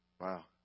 Wow